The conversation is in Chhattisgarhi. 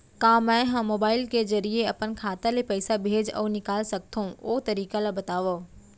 का मै ह मोबाइल के जरिए अपन खाता ले पइसा भेज अऊ निकाल सकथों, ओ तरीका ला बतावव?